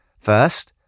First